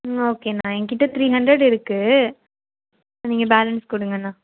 ம் ஓகேண்ணா எங்கிட்ட த்ரீ ஹண்ட்ரட் இருக்குது நீங்கள் பேலன்ஸ் கொடுங்கண்ணா